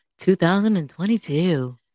2022